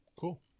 cool